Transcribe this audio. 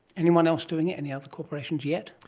anyone else doing it, any other corporations yet?